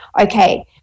okay